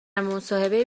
مصاحبهای